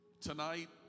tonight